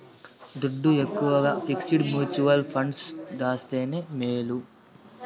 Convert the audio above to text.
దుడ్డు ఎక్కవగా fixed mutual funds దాస్తేనే మేలు